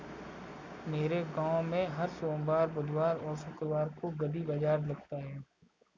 मेरे गांव में हर सोमवार बुधवार और शुक्रवार को गली बाजार लगता है